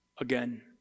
again